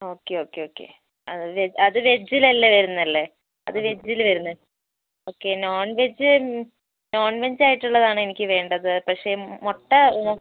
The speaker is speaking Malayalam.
ഓക്കെ ഓക്കെ ഓക്കെ അത് അത് വെജിലല്ലേ വരുന്നതല്ലേ അത് വെജിൽ വരുന്നത് okay non veg non veg ആയിട്ടുള്ളതാണ് എനിക്ക് വേണ്ടത് പക്ഷേ മുട്ട ഓ